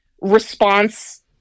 response